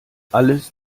alles